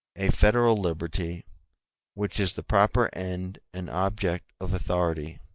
a federal liberty which is the proper end and object of authority